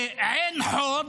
בעין חוד,